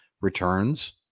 returns